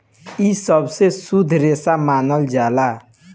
इ सबसे शुद्ध रेसा मानल जाला